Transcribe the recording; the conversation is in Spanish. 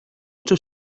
ocho